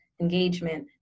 engagement